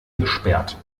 gesperrt